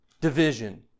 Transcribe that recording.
division